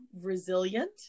resilient